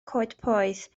coedpoeth